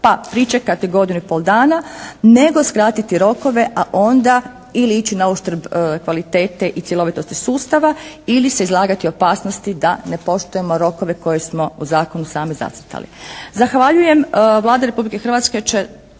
pa pričekati godinu i pol dana nego skratiti rokove a onda ili ići na uštrb kvalitete i cjelovitosti sustava ili se izlagati opasnosti da ne poštujemo rokove koje smo u zakonu sami zacrtali. Zahvaljujem. Vlada Republike Hrvatske će